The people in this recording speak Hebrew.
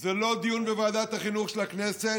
זה לא דיון בוועדת החינוך של הכנסת,